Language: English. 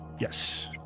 Yes